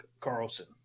Carlson